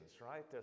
right